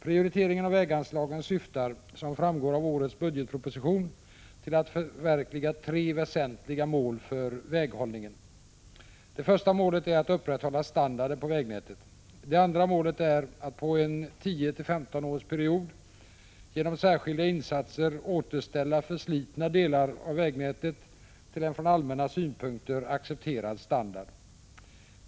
Prioriteringen av väganslagen syftar — som framgår av årets budgetproposition — till att förverkliga tre väsentliga mål för väghållningen. Det första målet är att upprätthålla standarden på vägnätet. Det andra målet är att på en 10 till 15-årsperiod genom särskilda insatser återställa förslitna delar av vägnätet till en från allmänna synpunkter accepterad standard.